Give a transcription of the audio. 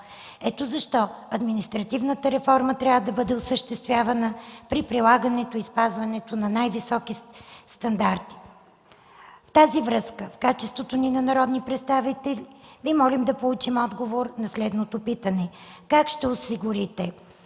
Ето защо административната реформа трябва да бъде осъществявана при прилагането и спазването на най-високи стандарти. В тази връзка, в качеството ни на народни представители, Ви молим да получим отговор на следното питане: как ще осигурите